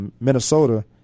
Minnesota